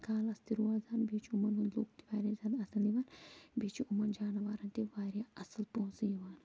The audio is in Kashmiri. کالَس تہِ روزان بیٚیہِ چھُ یِمن ہُنٛد لوٗکھ تہِ واریاہ زیادٕ اَصٕل یِوان بیٚیہِ چھُ یِمَن جانوارَن تہِ واریاہ اَصٕل پۄنٛسہٕ یِوان